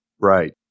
Right